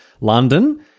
London